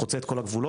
חוצה את כל הגבולות,